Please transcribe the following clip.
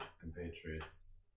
compatriots